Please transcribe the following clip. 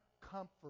comfort